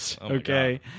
Okay